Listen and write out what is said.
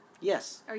Yes